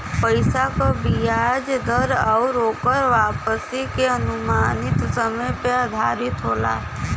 पइसा क बियाज दर आउर ओकर वापसी के अनुमानित समय पे आधारित होला